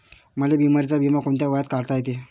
मले बिमारीचा बिमा कोंत्या वयात काढता येते?